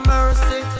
Mercy